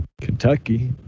kentucky